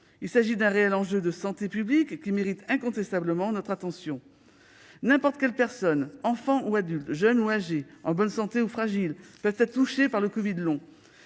Il s'agit là d'un réel enjeu de santé publique, qui mérite incontestablement notre attention. N'importe quelle personne- enfant ou adulte, jeune ou âgée, en bonne santé ou fragile -peut être touchée par le covid long.